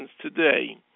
today